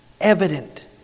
evident